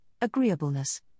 agreeableness